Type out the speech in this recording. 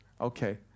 okay